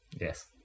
Yes